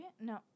no